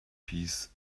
peace